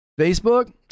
Facebook